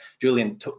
Julian